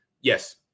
Yes